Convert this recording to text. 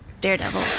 Daredevil